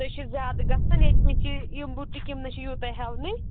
سُہ ہَے چھِ زیادٕ گژھن ییٚتہِ نٕے چھِ یِم بُٹیٖک یِم نَے چھِ یوٗتاہ ہٮ۪وٲنی